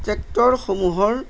ট্ৰেক্টৰসমূহৰ